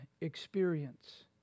experience